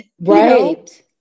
Right